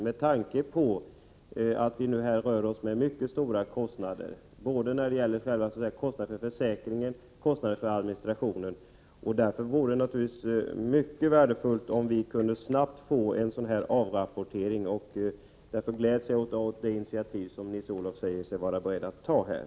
Det gäller särskilt med tanke på att vi rör oss med mycket stora kostnader, både när det gäller kostnaden för själva försäkringen och för administrationen. Det vore därför naturligtvis mycket värdefullt om vi snabbt kunde få en sådan rapportering. Jag gläds därför åt det initiativ som Nils-Olof Gustafsson säger sig vara beredd att ta här.